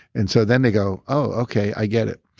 and so then they go, oh, okay, i get it.